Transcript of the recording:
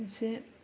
एसे